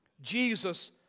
Jesus